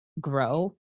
grow